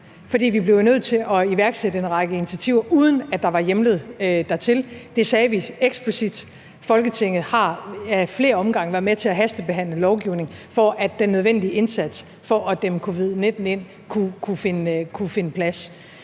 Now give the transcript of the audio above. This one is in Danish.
fordi vi blev nødt til at iværksætte en række initiativer, uden at der var hjemlet dertil. Det sagde vi eksplicit. Folketinget har ad flere omgange været med til at hastebehandle lovgivning, for at den nødvendige indsats for at dæmme covid-19 ind kunne finde plads.